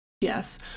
Yes